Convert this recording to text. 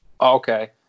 okay